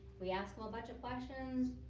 we ask well a bunch of questions,